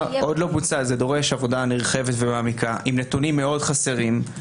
זה דור עבודה נרחבת ומעמיקה עם נתונים חסרים מאוד.